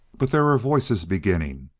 but there were voices beginning.